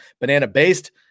banana-based